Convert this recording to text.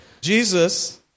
Jesus